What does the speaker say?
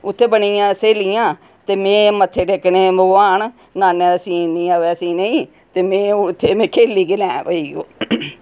उत्थै बनी गेइयां स्हेलियां ते में मत्थे टेकने भगोआन नाने दा सीन नेईं आवै सीने गी ते में इत्थै खेढी गै लैं